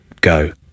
go